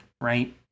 right